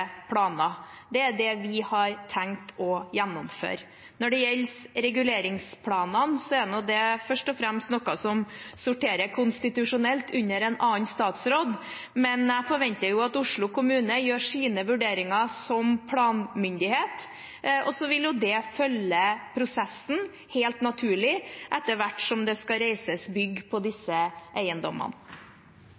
planer». Det er det vi har tenkt å gjennomføre. Når det gjelder reguleringsplanene, er det først og fremst noe som sorterer konstitusjonelt under en annen statsråd, men jeg forventer at Oslo kommune gjør sine vurderinger som planmyndighet, og så vil det følge prosessen helt naturlig etter hvert som det skal reises bygg på